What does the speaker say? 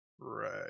Right